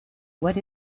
what